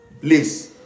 Please